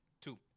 Two